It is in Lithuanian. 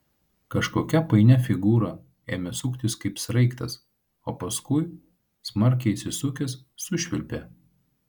kažkokią painią figūrą ėmė suktis kaip sraigtas o paskui smarkiai įsisukęs sušvilpė